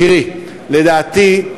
תראי, לדעתי,